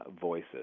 voices